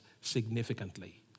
significantly